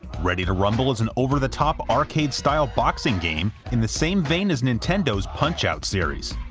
ready two rumble is an over-the-top arcade-style boxing game, in the same vein as nintendo's punch-out! series.